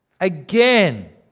Again